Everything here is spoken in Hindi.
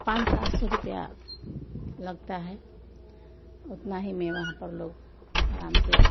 पाँच सात सौ रुपये लगते हैं उतने ही में वहाँ पर लोग आराम से